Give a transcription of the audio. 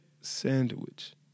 sandwich